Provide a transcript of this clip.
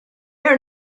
are